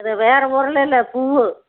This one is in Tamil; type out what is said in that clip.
வேறு பொருள் இல்லை பூவு